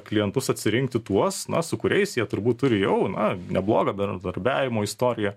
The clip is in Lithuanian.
klientus atsirinkti tuos su kuriais jie turbūt turi jau na neblogą bendradarbiavimo istoriją